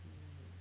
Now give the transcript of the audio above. mm